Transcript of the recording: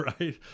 right